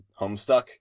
Homestuck